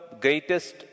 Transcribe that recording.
greatest